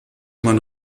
man